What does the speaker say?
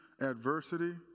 adversity